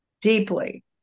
deeply